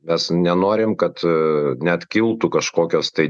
mes nenorim kad net kiltų kažkokios tai